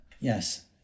Yes